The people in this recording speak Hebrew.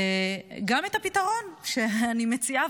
וגם את הפתרון שאני מציעה.